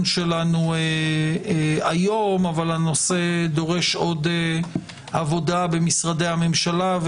שלנו היום אבל הנושא דורש עוד עבודה במשרדי הממשלה,